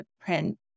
print